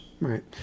Right